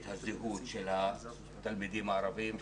את הזהות של התלמידים הערבים,